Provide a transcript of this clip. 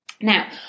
Now